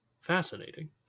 Fascinating